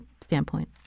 standpoint